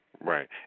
Right